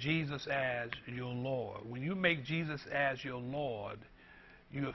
jesus as your lot when you make jesus as your lord you know